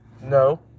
No